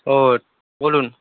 ও বলুন